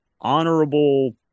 honorable